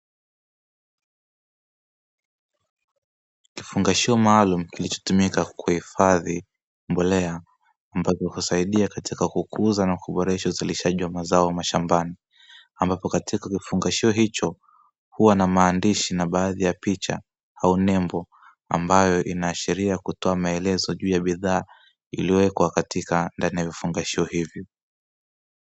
Kifungashio maalumu kilichotumika kuhifadhi mbolea ambavyo kusaidia katika kukuza na kuboresha uzalishaji wa mazao mashambani, ambapo katika kifungashio hicho huwa na maandishi na baadhi ya picha au nembo ambayo inaashiria kutoa maelezo juu ya bidhaa iliyowekwa katika ndani ya vifungashio hivi.